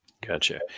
Gotcha